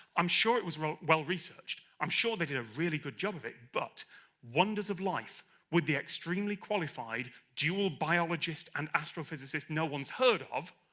i'm sure it was well researched, i'm sure they did a really good job of it, but wonders of life with an extremely qualified dual biologist and astrophysicist, no one's heard of,